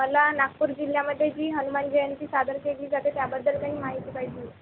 मला नागपूर जिल्ह्यामध्ये जी हनुमान जयंती सादर केली जाते त्याबद्दल नाही माहिती पाहिजे होती